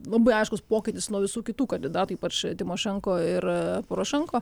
labai aiškus pokytis nuo visų kitų kandidatų ypač timošenko ir porošenko